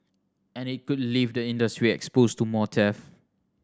and it could leave the industry exposed to more theft